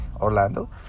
Orlando